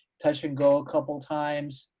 touch and go a couple times.